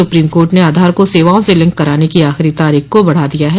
supreme court ने आधार को सेवाओं से लिंक कराने की आखिरी तारीख को बढ़ा दिया है